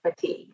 fatigue